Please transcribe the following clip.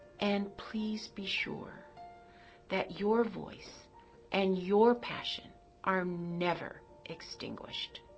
and please be sure that your voice and your passion are never extinguished.